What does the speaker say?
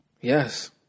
yes